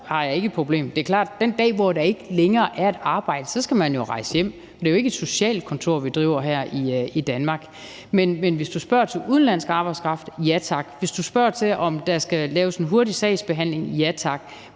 Det er klart, at den dag, hvor der ikke længere er et arbejde, skal man rejse hjem. Det er jo ikke et socialkontor, vi driver her i Danmark. Men hvis du spørger til udenlandsk arbejdskraft, siger jeg ja tak. Hvis du spørger til, om der skal laves en hurtig sagsbehandling, siger